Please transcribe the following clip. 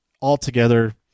altogether